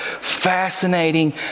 fascinating